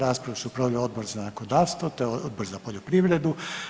Raspravu su podnijeli Odbor za zakonodavstvo te Odbor za poljoprivredu.